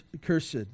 cursed